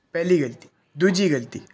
ਪਹਿਲੀ ਗਲਤੀ ਦੂਜੀ ਗਲਤੀ